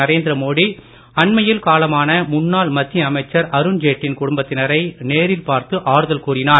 நரேந்திர மோடி அண்மையில் காலமான முன்னாள் மத்திய அமைச்சர் அருண் ஜேட்லியின் குடும்பத்தினரை நேரில் பார்த்து ஆறுதல் கூறினார்